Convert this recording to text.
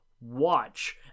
watch